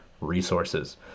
resources